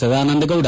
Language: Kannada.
ಸದಾನಂದಗೌಡ